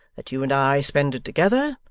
that you and i spend it together,